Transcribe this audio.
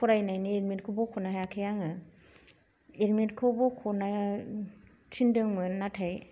फरायनायनि एडमिटखौ बख'नो हायाखै आङो एडमिटखौ बख'नो थिनदोंमोन नाथाय